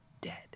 dead